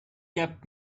kept